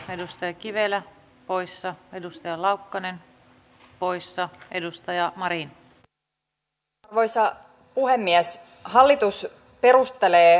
edustaja savola kysyi mitä hallituksen pitäisi tehdä pitäisikö seisoa tumput suorina